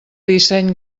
disseny